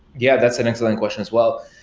yeah. that's an excellent question as well.